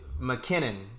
McKinnon